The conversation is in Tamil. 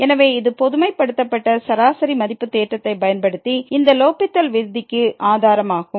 எனவே இது பொதுமைப்படுத்தப்பட்ட சராசரி மதிப்பு தேற்றத்தைப் பயன்படுத்தி இந்த லோப்பித்தல் விதிக்கு ஆதாரமாகும்